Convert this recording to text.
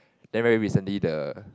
then very recently the